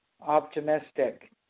optimistic